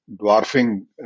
dwarfing